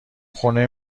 خونه